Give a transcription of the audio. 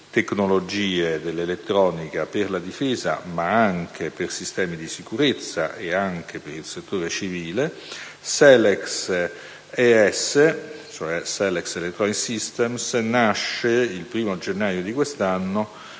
tecnologie dell'elettronica per la difesa ma anche per sistemi di sicurezza, ed anche per il settore civile. Selex ES, cioè Selex electronic systems, nasce il 1° gennaio di quest'anno